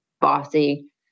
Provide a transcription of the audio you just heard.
bossy